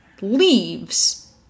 Leaves